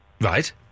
Right